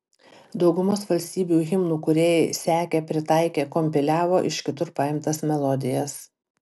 daugumos valstybių himnų kūrėjai sekė pritaikė kompiliavo iš kitur paimtas melodijas